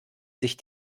sich